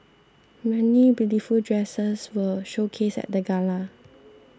many beautiful dresses were showcased at the gala